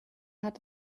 hat